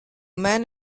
men